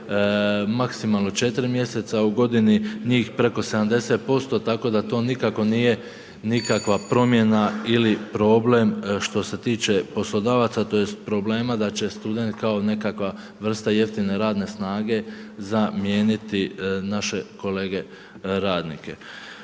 maksimalno 4 mjeseca u godini njih preko 70% tako da to nikako nije nikakva promjena ili problem što se tiče poslodavaca tj. problema da će student kao nekakva vrsta jeftine radne snage zamijeniti naše kolege radnike.